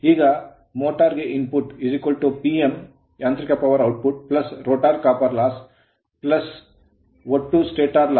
ಈಗ motor motor ಗೆ input Pm ಯಾಂತ್ರಿಕ power output rotor copper loss rotor ತಾಮ್ರ ನಷ್ಟ ಒಟ್ಟು stator loss ಸ್ಟಾಟರ್ ನಷ್ಟ